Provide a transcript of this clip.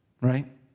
Right